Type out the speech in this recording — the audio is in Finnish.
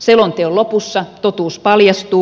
selonteon lopussa totuus paljastuu